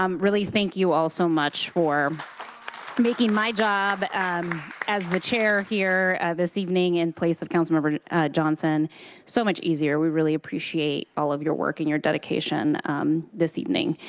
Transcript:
um really, thank you all so much for making my job as the chair here this evening in place of councilmember johnson so much easier, we really appreciate all of your work and your dedication this evening.